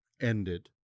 ended